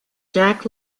jack